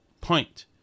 point